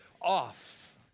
off